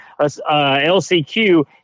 LCQ